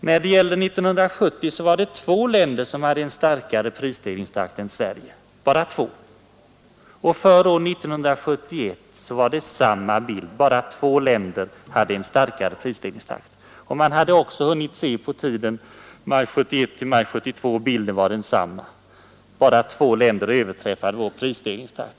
År 1970 var det bara två länder som hade en starkare prisstegringstakt än Sverige. Läget var likartat för 1971: bara två länder hade en starkare prisstegringstakt. LO ekonomerna hade också hunnit studera perioden maj 1971 till maj 1972, och för denna var bilden densamma. Bara två länder överträffade vår prisstegringstakt.